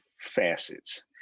facets